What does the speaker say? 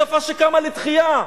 בשפה שקמה לתחייה.